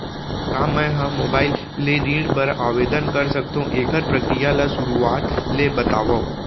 का मैं ह मोबाइल ले ऋण बर आवेदन कर सकथो, एखर प्रक्रिया ला शुरुआत ले बतावव?